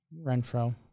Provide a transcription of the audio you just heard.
Renfro